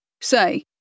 Say